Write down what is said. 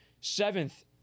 seventh